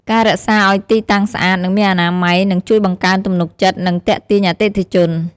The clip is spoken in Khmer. ការរក្សាឱ្យទីតាំងស្អាត និងមានអនាម័យ នឹងជួយបង្កើនទំនុកចិត្ត និងទាក់ទាញអតិថិជន។